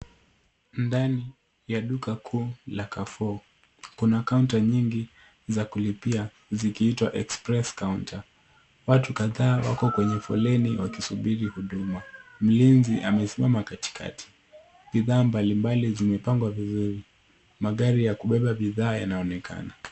Ndani ya duka kuu la Carrefour. Kuna kaunta nyingi za kulipia zikiitwa express counter . Watu kadhaa wako kwenye foleni wakisubiri huduma. Mlinzi amesimama katikati. Bidhaa mbali mbali zimepangwa vizuri. Magari ya kubeba bidhaa yanaonekana.